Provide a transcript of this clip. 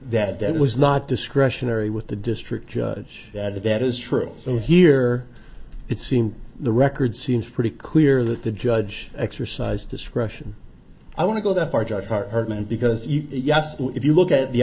that that was not discretionary with the district judge that that is true so here it seemed the record seems pretty clear that the judge exercise discretion i want to go that far because yes if you look at the